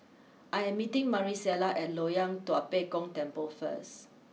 I am meeting Marisela at Loyang Tua Pek Kong Temple first